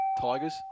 Tigers